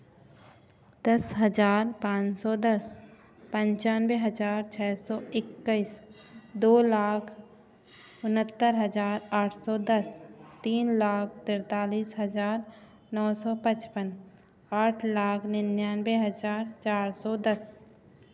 दस हज़ार पाँच सौ दस पंचानबे हजज़ार छः सौ इक्कीस दो लाख उनहत्तर हज़ार आठ सौ दस तीन लाख तैंतालिस हज़ार नौ सौ पचपन आठ लाख निन्यानबे हज़ार चार सौ दस